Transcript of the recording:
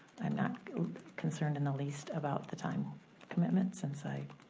i'm not concerned in the least about the time commitment, since i